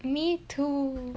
me too